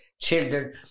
children